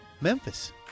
Memphis